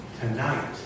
tonight